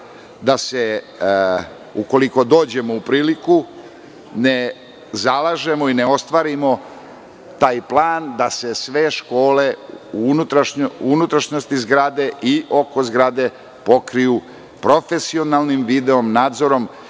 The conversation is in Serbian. da se, ukoliko dođemo u priliku, ne zalažemo i ne ostvarimo taj plan da se sve škole u unutrašnjosti zgrade i oko zgrade pokriju profesionalnim video-nadzorom,